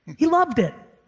he loved it.